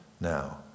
now